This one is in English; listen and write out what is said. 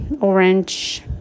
orange